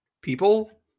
people